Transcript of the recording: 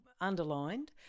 underlined